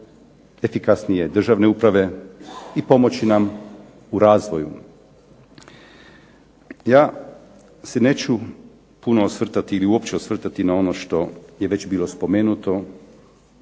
efikasnije državne uprave i pomoći nam u razvoju. Ja se neću puno osvrtati, ili uopće osvrtati na ono što je već bilo spomenuto